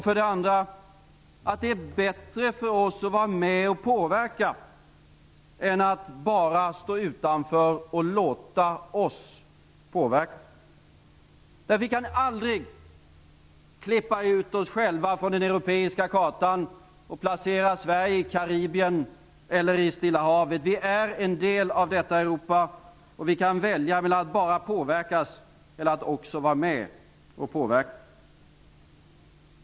För det andra är det bättre för oss att vara med och påverka än att bara stå utanför och låta oss påverkas. Vi kan aldrig klippa ut oss själva på den europeiska kartan och placera Sverige i Karibien eller i Stilla havet. Vi är en del av detta Europa, och vi kan välja mellan att bara påverkas eller att vara med och påverka.